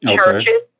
churches